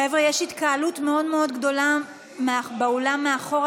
חבר'ה, יש התקהלות מאוד מאוד גדולה באולם מאחור.